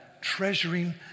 treasuring